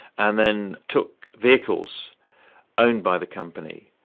and then took vehicles owned by the company,